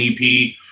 ep